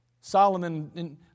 Solomon